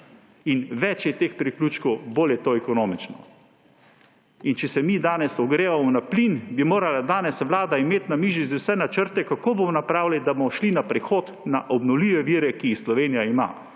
Več je teh priključkov, bolj je to ekonomično. In če se mi danes ogrevamo na plin, bi morala danes Vlada imeti na mizi že vse načrte, kako bomo naredili, da bomo šli na prehod, na obnovljive vire, ki jih Slovenija ima,